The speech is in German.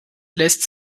lässt